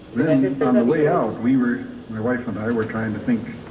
then, on the way out, we were my wife and i were trying to think,